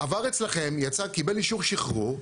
עבר אצלכם, יצא, קיבל אישור שחרור.